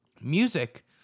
music